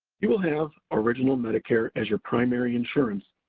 you will have original medicare as your primary insurance,